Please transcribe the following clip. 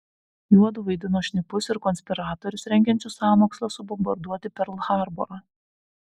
juodu vaidino šnipus ir konspiratorius rengiančius sąmokslą subombarduoti perl harborą